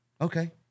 Okay